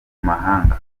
mahanga